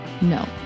No